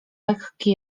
lekki